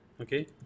Okay